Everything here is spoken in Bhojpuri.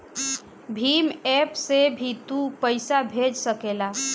भीम एप्प से भी तू पईसा भेज सकेला